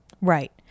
Right